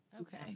Okay